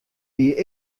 wie